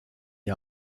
die